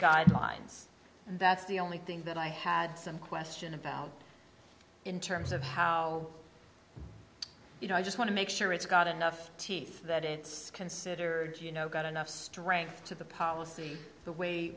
guidelines that's the only thing that i had some question about in terms of how you know i just want to make sure it's got enough teeth that it's considered you know got enough strength to the policy the way